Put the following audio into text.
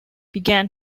began